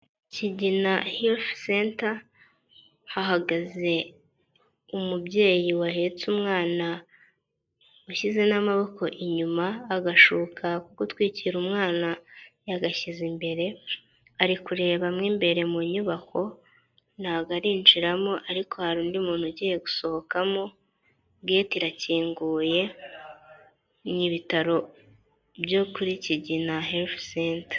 Kigina health center hahagaze umubyeyi wahetse umwana ushyize n'amaboko inyuma agashuka ko gutwikira umwana yagashyize imbere ari kureba mw’imbere mu nyubako ntabwo arinjiramo ariko hari undi muntu ugiye gusohokamo gate irakinguye n’ibitaro byo kuri kigina health center.